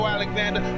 Alexander